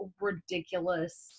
ridiculous